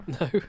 No